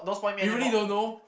you really don't know